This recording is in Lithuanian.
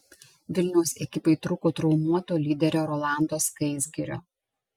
vilniaus ekipai trūko traumuoto lyderio rolando skaisgirio